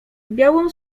białą